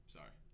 Sorry